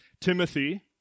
Timothy